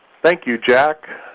thank you, jack.